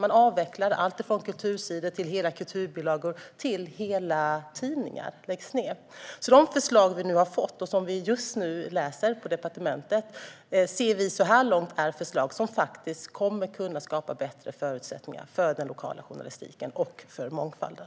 Man avvecklar kultursidor och hela kulturbilagor, och hela tidningar läggs ned. De förslag som vi har fått, och som vi just nu läser på departementet, ser vi så här långt är förslag som kommer att kunna skapa bättre förutsättningar för den lokala journalistiken och för mångfalden.